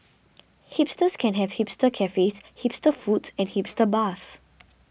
hipsters can have hipster cafes hipster foods and hipster bars